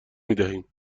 میدهیم